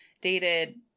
dated